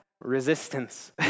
resistance